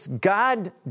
God